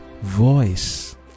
voice